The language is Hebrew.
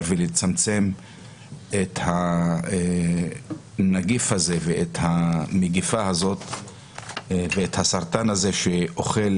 ולצמצם את הנגיף הזה ואת המגפה הזאת ואת הסרטן הזה שאוכל